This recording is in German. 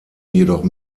jedoch